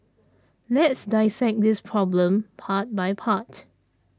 let's dissect this problem part by part